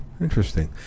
Interesting